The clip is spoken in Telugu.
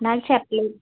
నాకు చెప్పలేదు